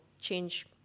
change